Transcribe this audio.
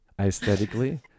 aesthetically